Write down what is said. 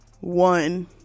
one